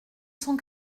cent